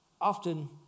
often